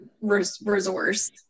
resource